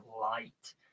light